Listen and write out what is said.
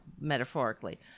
metaphorically